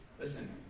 listen